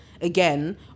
again